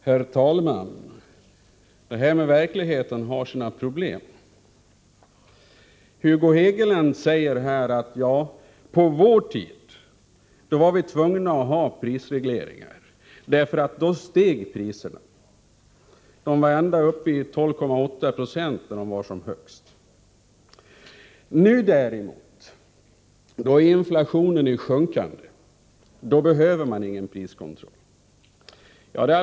Herr talman! Det här med verkligheten har sina problem. Hugo Hegeland säger: På vår tid var vi tvungna att ha prisregleringar, eftersom priserna steg. Prisregleringarna var uppe i 12,8 26 när de var som högst. Nu däremot är inflationen i sjunkande, och då behöver man ingen priskontroll. Det är .